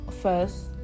First